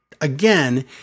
Again